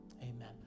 Amen